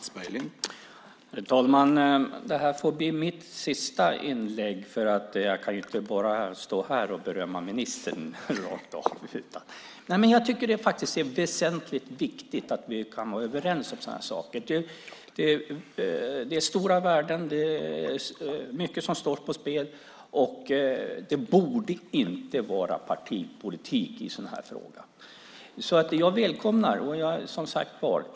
Herr talman! Detta får bli mitt sista inlägg för jag kan ju inte stå här och bara berömma ministern rakt av. Det är mycket viktigt att vi kan vara överens om sådana här saker. Det handlar om stora värden, mycket står på spel och det borde inte vara partipolitik med i sådana här frågor.